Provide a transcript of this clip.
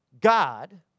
God